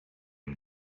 him